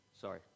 Sorry